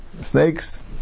snakes